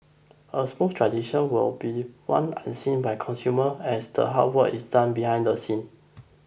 a smooth transition will be one unseen by consumer as the hard work is done behind the scenes